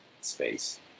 space